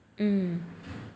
hmm